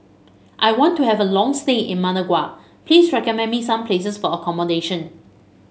I want to have a long stay in Managua please recommend me some places for accommodation